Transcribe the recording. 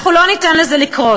כן.